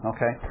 Okay